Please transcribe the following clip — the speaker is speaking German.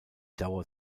dauer